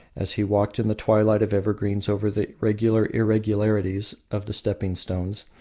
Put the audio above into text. as he walked in the twilight of evergreens over the regular irregularities of the stepping stones,